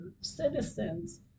citizens